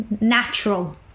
natural